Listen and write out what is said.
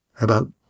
About